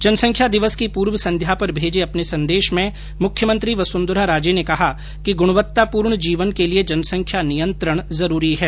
जनसंख्या दिवस की पूर्व संध्या पर भेजे अपने संदेष में मुख्यमंत्री ने ने कहा कि गुणवत्तापूर्ण जीवन के लिए जनसंख्या नियंत्रण जरूरी है